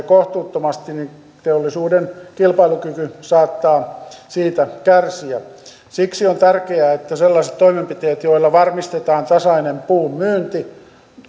kohtuuttomasti niin teollisuuden kilpailukyky saattaa siitä kärsiä siksi on tärkeää että sellaiset toimenpiteet joilla varmistetaan tasainen puun myynti